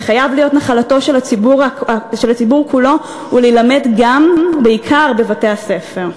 וחייב להיות נחלתו של הציבור כולו ולהילמד גם ובעיקר בבתי-הספר.